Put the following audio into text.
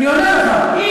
אם,